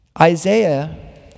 Isaiah